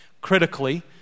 critically